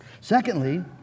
Secondly